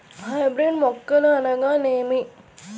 Hybrid మొక్కలు అనగానేమి?